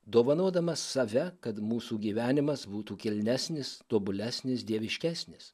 dovanodamas save kad mūsų gyvenimas būtų kilnesnis tobulesnis dieviškesnis